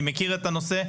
אני מכיר את הנושא.